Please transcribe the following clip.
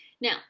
now